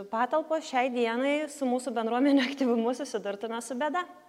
patalpos šiai dienai su mūsų bendruomenių aktyvumu susidurtume su bėda